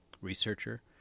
researcher